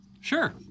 Sure